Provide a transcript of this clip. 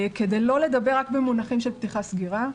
כדי לא לדבר רק במונחים של פתיחה סגירה,